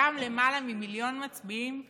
גם למעלה ממיליון מצביעים טעו.